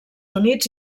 units